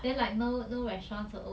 call grabfood sia